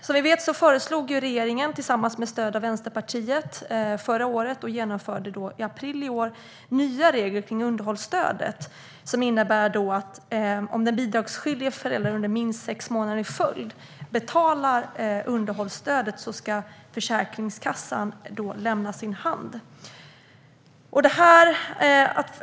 Som ni vet föreslog regeringen med stöd av Vänsterpartiet förra året och genomförde i april i år nya regler för underhållstödet som innebär att om den bidragsskyldiga föräldern under minst sex månader i följd betalar underhållsstödet ska Försäkringskassan lämna över ansvaret till föräldrarna.